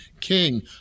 king